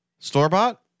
Store-bought